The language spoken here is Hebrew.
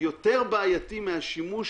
יותר בעייתי מאשר השימוש